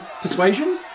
Persuasion